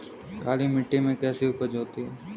काली मिट्टी में कैसी उपज होती है?